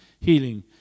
healing